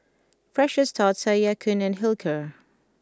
Precious Thots say Ya Kun and Hilker